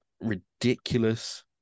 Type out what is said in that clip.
ridiculous